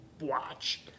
watch